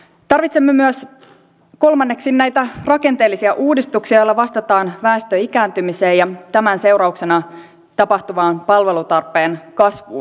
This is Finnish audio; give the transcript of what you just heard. tarvitsemme myös kolmanneksi näitä rakenteellisia uudistuksia joilla vastataan väestön ikääntymiseen ja tämän seurauksena tapahtuvaan palvelutarpeen kasvuun